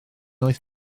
wyth